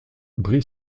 bry